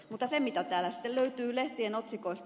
mutta mitä täällä sitten löytyy lehtien otsikoista